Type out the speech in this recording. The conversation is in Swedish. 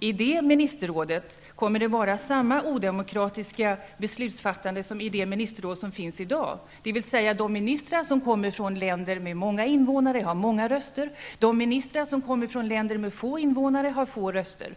I det ministerrådet kommer det att vara samma odemokratiska beslutsfattande som i det ministerråd som finns i dag, dvs. de ministrar som kommer från länder med många invånare har många röster, och de ministrar som kommer från länder med få invånare har få röster.